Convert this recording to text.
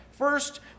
First